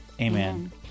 Amen